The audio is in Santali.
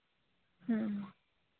ᱦᱮᱸ